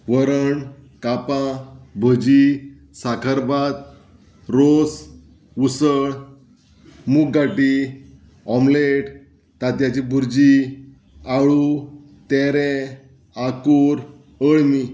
वरण कापां भजी साकरबांत रोस उसळ मूग गाटी ओमलेट तांतयांची भुरजी आळू तेरें आंकूर अळमी